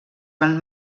van